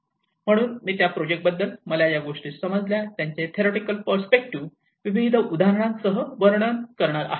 म्हणून मी त्या प्रोजेक्ट बद्दल मला ज्या गोष्टी समजल्या त्यांचे थेरोटिकल पर्स्पेक्टिव्ह विविध उदाहरणांसह वर्णन करणार आहे